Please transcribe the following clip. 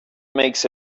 makes